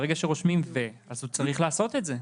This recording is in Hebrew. ברגע שרושמים ו, הוא צריך לעשות את זה.